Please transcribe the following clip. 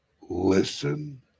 listen